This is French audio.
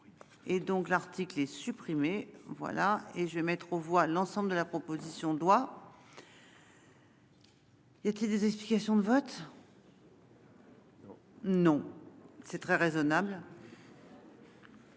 Et donc l'article est supprimé. Voilà et je vais mettre aux voix l'ensemble de la proposition de loi. Y a-t-il des explications de vote. Non c'est très raisonnable. Voilà